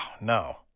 no